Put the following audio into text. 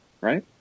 right